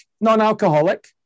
Non-alcoholic